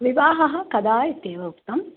विवाहः कदा इत्येव उक्तं